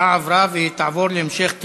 ההצעה להעביר את הצעת חוק הגנת הצרכן (תיקון,